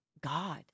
God